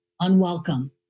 unwelcome